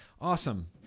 awesome